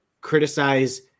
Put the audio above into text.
criticize